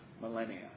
millennia